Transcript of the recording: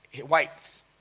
whites